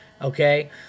Okay